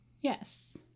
Yes